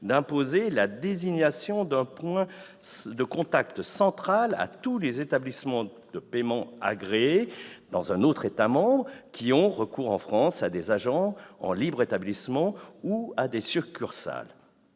d'imposer la désignation d'un point de contact central à tous les établissements de paiement agréés dans un autre État membre qui ont recours en France à des agents en libre établissement ou à des succursales.